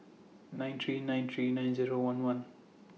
nine three nine three nine Zero one one